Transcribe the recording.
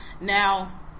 Now